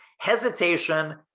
Hesitation